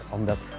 Omdat